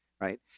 right